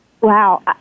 Wow